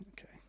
okay